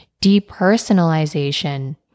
depersonalization